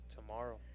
Tomorrow